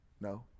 no